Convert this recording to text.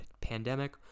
pandemic